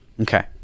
Okay